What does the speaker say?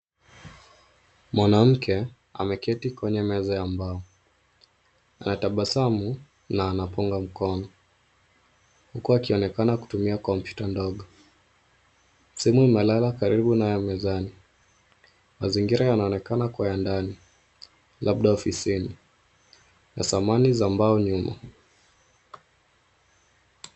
Mwanamke ameketi kwenye meza ya mbao. Anatabasamu na anapunga mkono huku akionekana kutumia kompyuta ndogo. Simu imelala karibu na ya mezani. Mazingira yanaonekana kuwa ya ndani, labda ofisini. Kuna samani za mbao nyuma.